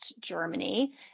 Germany